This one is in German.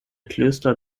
klöster